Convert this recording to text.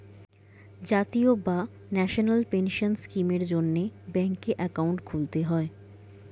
জাতীয় বা national pension স্কিমের জন্যে ব্যাঙ্কে অ্যাকাউন্ট খুলতে হয়